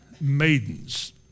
maidens